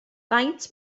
faint